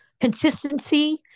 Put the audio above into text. consistency